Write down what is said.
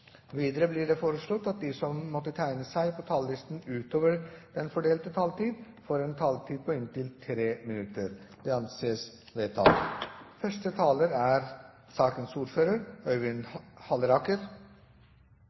Videre blir det foreslått at de som måtte tegne seg på talerlisten utover den fordelte taletid, får en taletid på inntil 3 minutter. – Det anses vedtatt. Første taler er sakens ordfører,